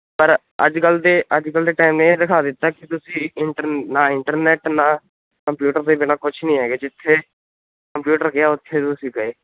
ਪਰ ਅੱਜ ਕੱਲ੍ਹ ਦੇ ਅੱਜ ਕੱਲ੍ਹ ਦੇ ਟਾਈਮ ਨੇ ਇਹ ਦਿਖਾ ਦਿੱਤਾ ਕੀ ਤੁਸੀਂ ਇੰਟਰ ਨਾ ਇੰਟਰਨੈੱਟ ਨਾ ਕੰਪਿਊਟਰ ਦੇ ਬਿਨ੍ਹਾਂ ਕੁਛ ਨੀ ਹੈਗੇ ਜਿੱਥੇ ਕੰਪਿਊਟਰ ਗਿਆ ਉੱਥੇ ਤੁਸੀਂ ਗਏ